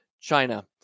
China